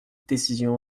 décision